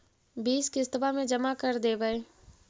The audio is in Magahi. बिस किस्तवा मे जमा कर देवै?